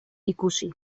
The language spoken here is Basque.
ikusi